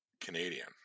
canadian